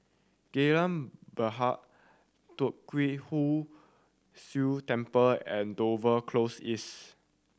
Geylang Bahru Tee Kwee Hood Sia Temple and Dover Close East